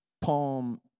Palm